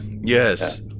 Yes